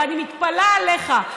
ואני מתפלאת עליך,